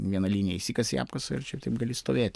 viena linija išsikasei apkasą ir čia taip gali stovėti